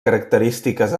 característiques